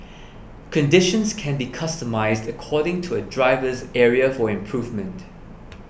conditions can be customised according to a driver's area for improvement